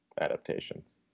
adaptations